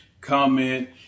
comment